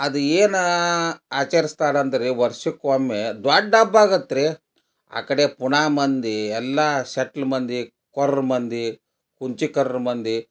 ಅದು ಏನು ಆಚರಿಸ್ತಾರೆ ಅಂದರೆ ವರ್ಷಕ್ಕೆ ಒಮ್ಮೆ ದೊಡ್ಡ ಹಬ್ಬ ಆಗತ್ತೆ ರಿ ಆ ಕಡೆ ಪುಣೆ ಮಂದಿ ಎಲ್ಲ ಸೆಟ್ಲ್ ಮಂದಿ ಕೊರ್ರ್ ಮಂದಿ ಕುಂಚಿಕರ್ರ್ ಮಂದಿ